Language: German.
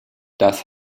das